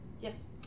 Yes